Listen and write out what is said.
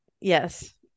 Yes